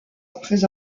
après